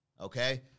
Okay